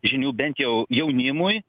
žinių bent jau jaunimui